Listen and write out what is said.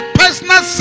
personal